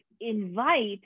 invite